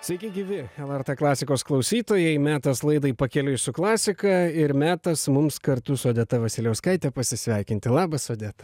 sveiki gyvi lrt klasikos klausytojai metas laidai pakeliui su klasika ir metas mums kartu su odeta vasiliauskaite pasisveikinti labas odeta